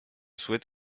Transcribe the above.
souhaite